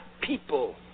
people